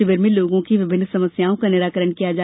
शिविर में लोगों की विभिन्न समस्याओं का निराकरण किया गया